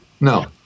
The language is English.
No